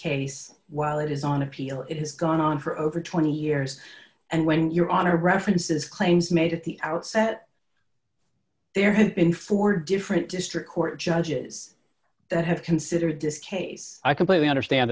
case while it is on appeal it has gone on for over twenty years and when your honor references claims made at the outset there have been four different district court judges that have considered this case i completely understand